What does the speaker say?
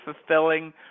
fulfilling